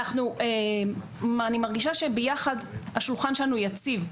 אני מרגישה שיחד השולחן שלנו יציב,